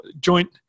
joint